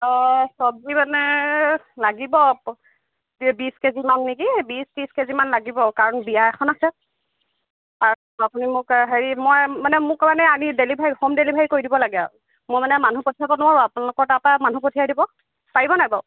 অঁ চব্জি মানে লাগিব প বিছ কেজিমান নেকি বিছ ত্ৰিছ কেজিমান লাগিব কাৰণ বিয়া এখন আছে আৰু আপুনি মোক হেৰি মই মানে মোৰ কাৰণে আনি ডেলিভাৰী হ'ম ডেলিভাৰী কৰি দিব লাগে আৰু মোৰ মানে মানুহ পঠিয়াব নোৱাৰোঁ আপোনালোকৰ তাৰপৰা মানুহ পঠিয়াই দিব পাৰিব নাই বাৰু